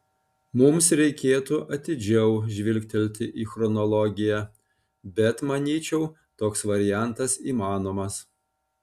mums reikėtų atidžiau žvilgtelėti į chronologiją bet manyčiau toks variantas įmanomas